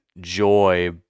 joy